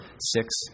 six